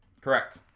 Correct